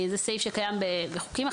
זה סעיף שקיים בחוקים.